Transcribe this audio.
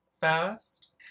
fast